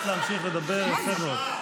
הצלחת להמשיך לדבר יפה מאוד.